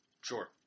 Sure